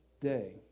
day